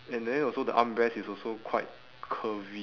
and then also the armrest is also quite curvy